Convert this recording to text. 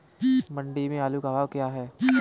मंडी में आलू का भाव क्या है?